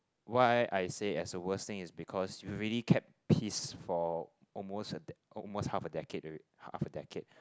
why I say as the worst thing is because we already kept peace for almost almost half a decade alre~ half a decade